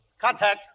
Contact